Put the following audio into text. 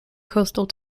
coastal